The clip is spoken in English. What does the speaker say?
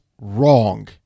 wrong